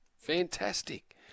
Fantastic